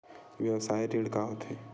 व्यवसाय ऋण का होथे?